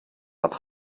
but